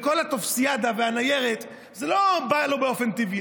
כל הטופסיאדה והניירת, זה לא בא לו באופן טבעי.